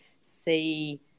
see